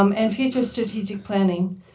um and future strategic planning.